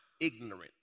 ignorant